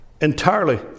entirely